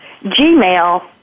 gmail